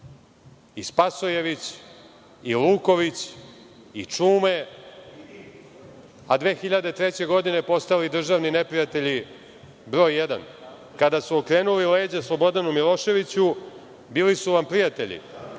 i Spasojević i Luković i Čume, a 2003. godine postali državni neprijatelji broj jedan. Kada su okrenuli leđa Slobodanu Miloševiću, bili su vam prijatelji.